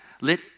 Let